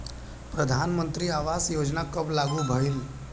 प्रधानमंत्री आवास योजना कब लागू भइल?